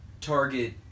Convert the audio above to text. target